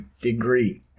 degree